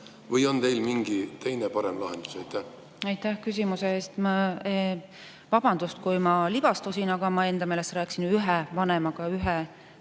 Või on teil mingi teine, parem lahendus? Aitäh küsimuse eest! Vabandust, kui ma libastusin, aga ma enda meelest rääkisin ühe vanemaga, ühe